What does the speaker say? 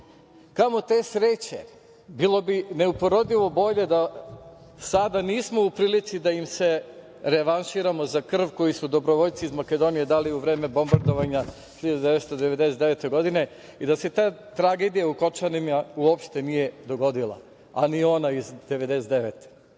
Kamo te sreće, bilo bi neuporedivo bolje da sada nismo u prilici da im se revanširamo za krv koju su dobrovoljci iz Makedonije dali u vreme bombardovanja 1999. godine i da se ta tragedija u Kočanima uopšte nije dogodila, a ni ona iz 1999.